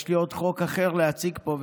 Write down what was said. יש לי עוד חוק אחר להציג פה,